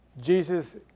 Jesus